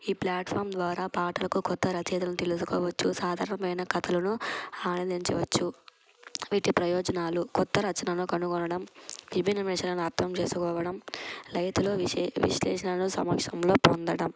ఈ ప్లాట్ఫామ్ ద్వారా పాటలకు కొత్త రచయితలను తెలుసుకోవచ్చు సాధారణమైన కథలను ఆనందించవచ్చు వీటి ప్రయోజనాలు కొత్త రచనను కనుగొనడం విభిన్న మనుషులను అర్థం చేసుకోవడం లైతులో విశ్లేషణను సమక్షంలో పొందడం